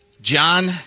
John